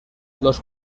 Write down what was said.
los